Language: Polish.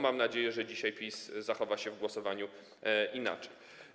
Mam nadzieję, że dzisiaj PiS zachowa się w głosowaniu inaczej.